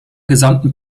gesamten